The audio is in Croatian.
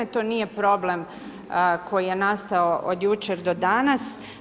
To nije problem koji je nastao od jučer do danas.